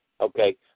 okay